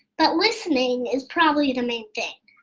but listening is probably the main thing.